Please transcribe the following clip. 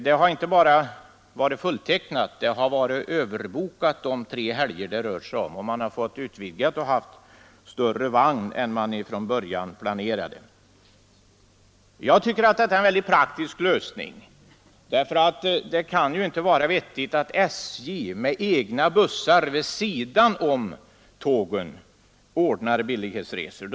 Resorna har inte bara varit fulltecknade; de har varit överbokade under de helger det rört sig om och man har fått lov att utvidga och sätta in större vagn än vad som från början planerades. Jag tycker att detta är en mycket praktisk lösning, därför att det kan inte vara vettigt att SJ med egna bussar vid sidan om tågen ordnar med billighetsresor.